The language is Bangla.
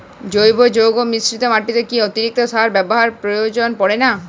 জৈব যৌগ মিশ্রিত মাটিতে কি অতিরিক্ত সার ব্যবহারের প্রয়োজন পড়ে না?